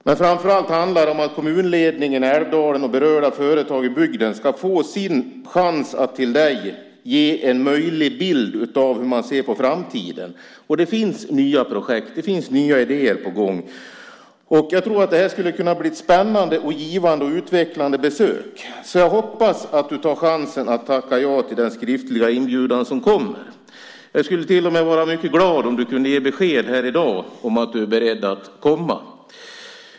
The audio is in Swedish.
Men framför allt handlar det om att kommunledningen i Älvdalen och berörda företag i bygden ska få sin chans att till dig ge en bild av hur man ser på framtiden. Det finns nya projekt. Det finns nya idéer på gång. Jag tror att det skulle kunna bli ett spännande, givande och utvecklande besök. Jag hoppas att du tar chansen att tacka ja till den skriftliga inbjudan som kommer. Jag skulle till och med vara mycket glad om du kunde ge besked här i dag om att du är beredd att komma.